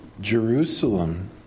Jerusalem